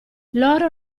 loro